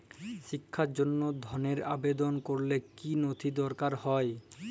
শিক্ষার জন্য ধনের আবেদন করলে কী নথি দরকার হয়?